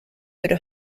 pero